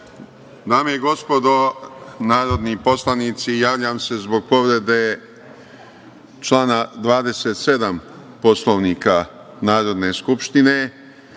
Dame i gospodo narodni poslanici, javljam se zbog povrede člana 27. Poslovnika Narodne Skupštine,